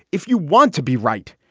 if you want to be right.